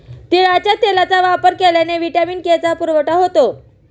तिळाच्या तेलाचा वापर केल्याने व्हिटॅमिन के चा पुरवठा होतो